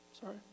Sorry